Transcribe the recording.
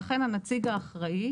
לכן הנציג האחראי,